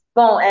bom